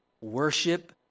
worship